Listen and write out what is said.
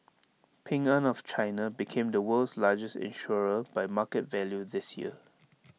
Ping an of China became the world's largest insurer by market value this year